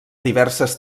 diverses